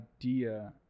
idea